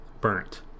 Burnt